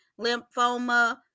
lymphoma